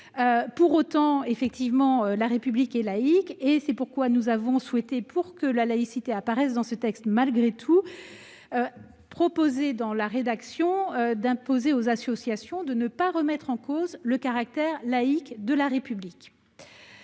Pour autant, effectivement, la République est laïque. C'est pourquoi nous proposons, pour que la laïcité apparaisse malgré tout dans ce texte, d'imposer aux associations de ne pas remettre en cause le caractère laïque de la République,